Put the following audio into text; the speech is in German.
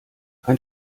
ein